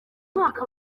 mwaka